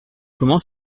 comment